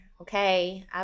okay